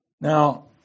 Now